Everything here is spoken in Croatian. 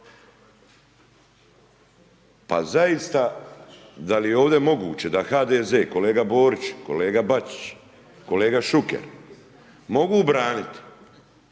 pa zaista da li je ovdje moguće da HDZ kolega Borić, kolega Bačić, kolega Šuker mogu branit,